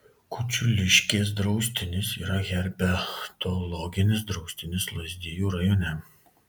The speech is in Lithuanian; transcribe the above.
kučiuliškės draustinis yra herpetologinis draustinis lazdijų rajone